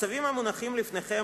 הצווים המונחים לפניכם,